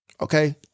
okay